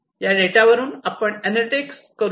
या डेटावरून आपण अॅनालॅटिक्स करू शकता